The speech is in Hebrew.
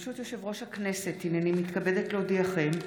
הכנסת, הינני מתכבדת להודיעכם,